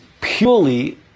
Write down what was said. Purely